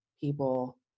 people